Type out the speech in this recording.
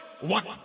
one